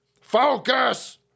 Focus